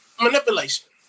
Manipulation